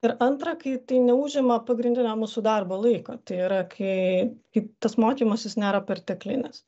ir antra kai tai neužima pagrindinio mūsų darbo laiko tai yra kai kai tas mokymasis nėra perteklinis